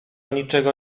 niczego